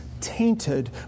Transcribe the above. tainted